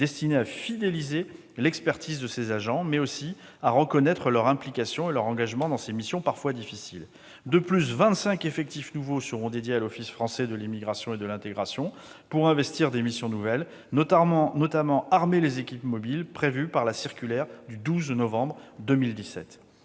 destiné à fidéliser l'expertise de ces agents, mais aussi à reconnaître leur implication et leur engagement dans ces missions parfois difficiles. De plus, 25 effectifs nouveaux seront dédiés à l'Office français de l'immigration et de l'intégration pour investir des missions nouvelles, notamment armer les équipes mobiles prévues par la circulaire du 12 novembre 2017,